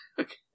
Okay